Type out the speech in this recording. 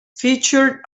featured